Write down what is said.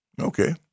Okay